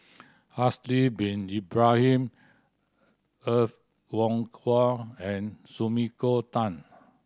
Haslir Bin Ibrahim Er Kwong Wah and Sumiko Tan